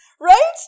Right